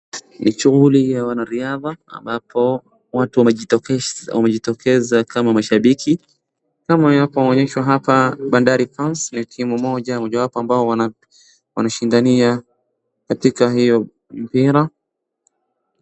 Ni shughuli ya wanariadha ambapo watu wamejitokeza kama mashabiki kama inapoonyeshwa hapa Bandari fans ni timu moja mojawapo ambao wanashindania katika hiyo mpira.